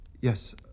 Yes